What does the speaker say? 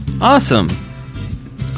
Awesome